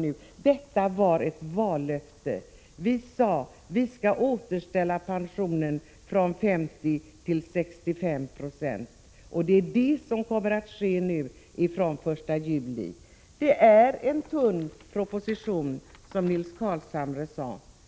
För oss socialdemokrater var det ett vallöfte att återställa deltidspensionen från 50 till 65 90, och det är vad som kommer att ske nu från den 1 juli. Det är ett tunt betänkande, sade Nils Carlshamre.